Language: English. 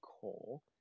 coal